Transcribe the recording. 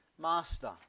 master